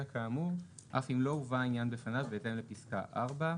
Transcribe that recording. כאמור אף אם לא הובא העניין בפניו בהתאם לפסקה (4).